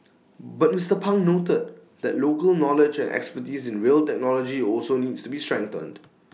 but Mister pang noted that local knowledge and expertise in rail technology also needs to be strengthened